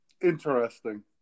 Interesting